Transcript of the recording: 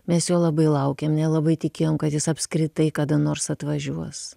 mes jo labai laukėm nelabai tikėjom kad jis apskritai kada nors atvažiuos